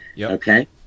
Okay